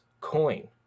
coin